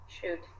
Shoot